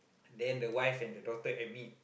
then the wife and the daughter admit